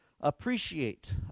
appreciate